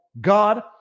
God